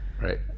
right